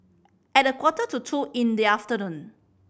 at a quarter to two in the afternoon